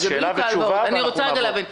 אני רוצה להבין: